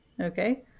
Okay